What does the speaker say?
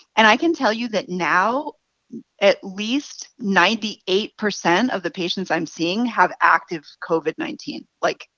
and i can tell you that now at least ninety eight percent of the patients i'm seeing have active covid nineteen. like,